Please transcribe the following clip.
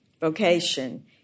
vocation